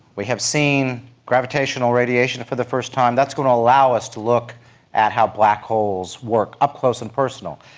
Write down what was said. we have seen gravitational radiation for the first time, that's going to allow us to look at how black holes work up close and personal.